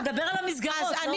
נדבר על המסגרות, לא רק על זה.